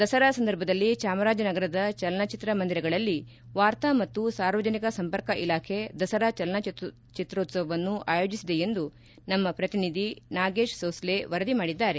ದಸರಾ ಸಂದರ್ಭದಲ್ಲಿ ಚಾಮರಾಜನಗರದ ಚಲನಚಿತ್ರ ಮಂದಿರಗಳಲ್ಲಿ ವಾರ್ತಾ ಮತ್ತು ಸಾರ್ವಜನಿಕ ಸಂಪರ್ಕ ಇಲಾಖೆ ದಸರಾ ಚಲನಚಿತ್ರೋತ್ಸವವನ್ನು ಆಯೋಜಿಸಿದೆ ಎಂದು ನಮ್ಮ ಪ್ರತಿನಿಧಿ ನಾಗೇಶ್ ಸೊಸ್ಲೆ ವರದಿ ಮಾಡಿದ್ದಾರೆ